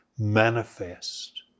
manifest